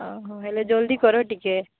ହେଲେ ଜଲ୍ଦି କର ଟିକେ